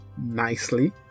nicely